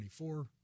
24